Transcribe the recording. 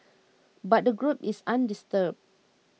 but the group is undisturbed